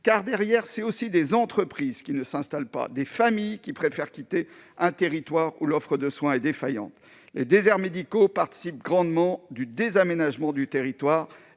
car, derrière, c'est aussi des entreprises qui ne s'installent pas et des familles qui préfèrent quitter un territoire où l'offre de soins est défaillante. Les déserts médicaux participent grandement du « désaménagement » du territoire